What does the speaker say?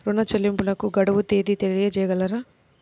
ఋణ చెల్లింపుకు గడువు తేదీ తెలియచేయగలరా?